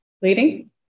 bleeding